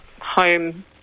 home